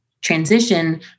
transition